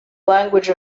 language